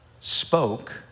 spoke